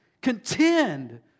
contend